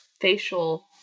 facial